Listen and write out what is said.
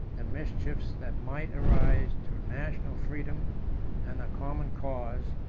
the mischiefs that might arise to national freedom and the common cause,